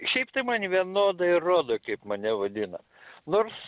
šiaip tai man vienodai rodo kaip mane vadina nors